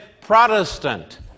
Protestant